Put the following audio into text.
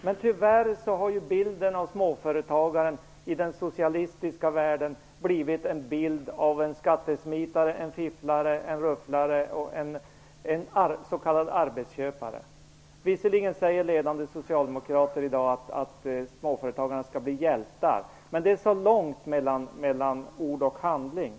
Men tyvärr har ju bilden av småföretagaren i den socialistiska världen blivit en bild av en skattesmitare, en fifflare, en rufflare och en s.k. arbetsköpare. Visserligen säger ledande socialdemokrater i dag att småföretagarna skall bli hjältar, men det är långt mellan ord och handling.